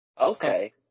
Okay